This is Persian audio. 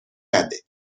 نده